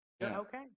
Okay